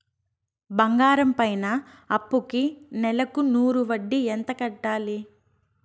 బంగారం పైన అప్పుకి నెలకు నూరు వడ్డీ ఎంత కట్టాలి?